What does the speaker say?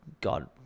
God